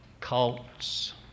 cults